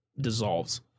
dissolves